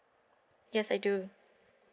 yes I do